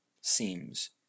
seems